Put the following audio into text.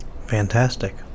Fantastic